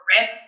rip